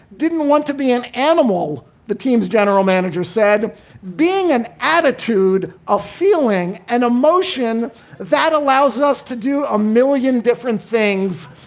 didn't want to be an animal. the team's general manager said being an attitude of feeling and emotion that allows us to do a million different things.